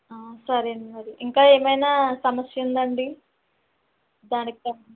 ఆ సరే అండి మరి ఇంకా ఏమైనా సమస్య ఉందా అండి దానికి తోడు